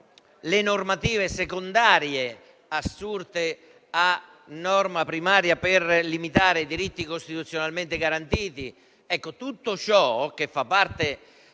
le normative secondarie assurte a norma primaria per limitare i diritti costituzionalmente garantiti.